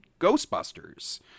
ghostbusters